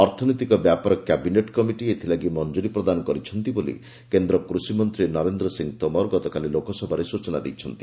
ଅର୍ଥନୈତିକ ବ୍ୟାପାର cabinet committee ଏଥିଲାଗି ମଞ୍ଜୁର ପ୍ରଦାନ କରିଛନ୍ତି ବୋଲି କୃଷି ମନ୍ତ୍ରୀ ନରେନ୍ଦ୍ର ସିଂହ ତୋମାର ଗତକାଲି ଲୋକସଭାରେ ସୂଚନା ଦେଇଛନ୍ତି